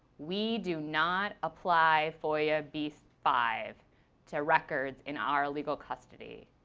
we do not apply foia b so five to records in our legal custody.